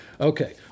Okay